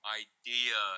idea